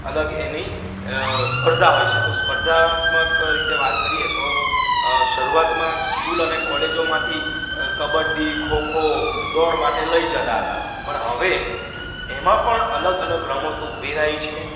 અલગ એની સ્પર્ધા હોય છે તો સ્પર્ધાત્મક રીતે વાત કરીએ તો શરૂઆતમાં સ્કૂલ અને કોલેજોમાંથી કબડ્ડી ખોખો દોડ માટે લઈ જતા હતા પણ હવે એમાં પણ અલગ અલગ રમતો ઉમેરાઈ છે